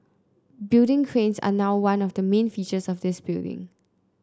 building cranes are now one of the main features of this building